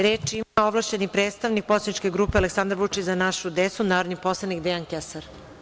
Reč ima ovlašćeni predstavnik poslaničke grupe Aleksandar Vučić - Za našu decu, narodni poslanik Dejan Kesar.